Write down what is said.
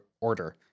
order